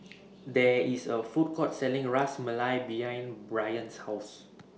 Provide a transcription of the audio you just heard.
There IS A Food Court Selling Ras Malai behind Brien's House